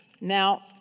Now